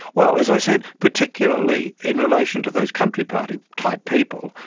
well, as i said, particularly in relation to those country party type people,